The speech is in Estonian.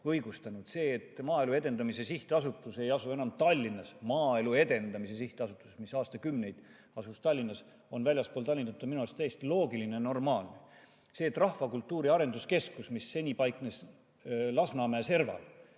õigustanud. See, et Maaelu Edendamise Sihtasutus ei asu enam Tallinnas, et Maaelu Edendamise Sihtasutus, mis aastakümneid asus Tallinnas, on väljaspool Tallinna, on minu arust täiesti loogiline, normaalne. See, et rahvakultuuri arenduskeskus, mis paiknes Lasnamäe serval,